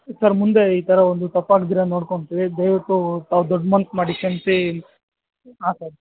sir ಮುಂದೆ ಈ ಥರ ಒಂದು ತಪ್ಪಗ್ದಿರಾ ನೋಡ್ಕೊಂತೀವಿ ದಯವಿಟ್ಟು ತಾವು ದೊಡ್ಡ ಮನ್ಸು ಮಾಡಿ ಕ್ಷಮಿಸಿ ಹಾಂ ಸರ್